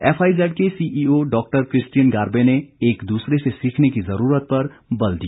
F I Z के CEO doctor Christian Garbe ने एक द्रसरे से सीखने की ज़रूरत पर बल दिया